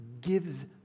gives